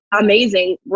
amazing